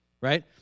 right